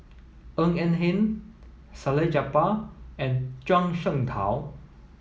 Ng Eng Hen Salleh Japar and Zhuang Shengtao